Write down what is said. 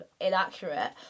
inaccurate